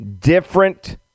different